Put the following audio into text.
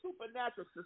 supernatural